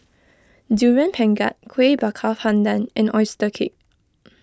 Durian Pengat Kueh Bakar Pandan and Oyster Cake